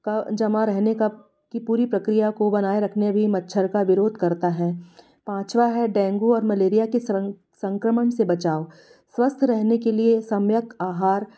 का जमा रहने का की पूरी प्रक्रिया को बनाए रखने भी मच्छर का विरोध करता है पाँचवा है डेंगू और मलेरिया के संक्रमण से बचाव स्वस्थ रहने के लिए सम्यक आहार